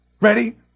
Ready